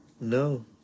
No